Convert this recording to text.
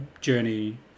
journey